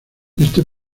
este